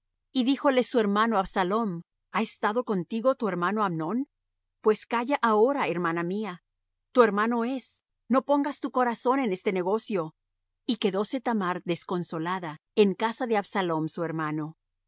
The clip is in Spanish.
y díjole su hermano absalom ha estado contigo tu hermano amnón pues calla ahora hermana mía tu hermano es no pongas tu corazón en este negocio y quedóse thamar desconsolada en casa de absalom su hermano